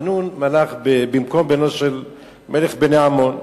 חנון מלך במקום בנו של מלך בני עמון,